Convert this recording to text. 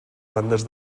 bandes